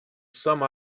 some